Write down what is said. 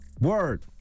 Word